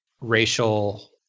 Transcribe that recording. racial